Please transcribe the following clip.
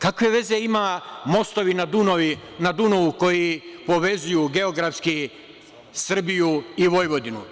Kakve veze imaju mostovi na Dunavu koji povezuju geografski Srbiju i Vojvodinu?